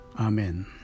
Amen